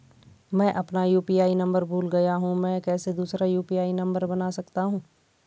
मैं अपना UPI number भूल गया हूँ मैं कैसे दूसरा यु.पी.आई नम्बर बना सकता हूँ?